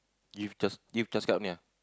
give C_H~ give C_H_A_S card only ah